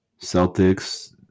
Celtics